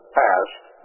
passed